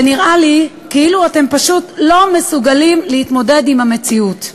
זה נראה לי כאילו אתם פשוט לא מסוגלים להתמודד עם המציאות: